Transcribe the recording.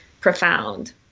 profound